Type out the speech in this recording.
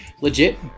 Legit